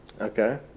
Okay